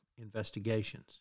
investigations